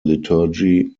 liturgy